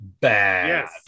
Bad